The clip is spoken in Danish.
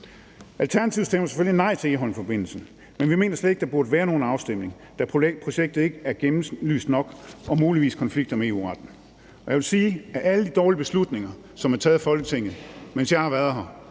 Alternativet stemmer selvfølgelig nej til Egholmforbindelsen, men vi mener slet ikke, at der burde være nogen afstemning, da projektet ikke er gennemlyst nok og muligvis konflikter med EU-retten. Og jeg vil sige, at af alle de dårlige beslutninger, som er taget af Folketinget, mens jeg har været her,